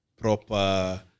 proper